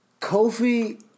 Kofi